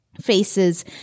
faces